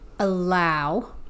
Allow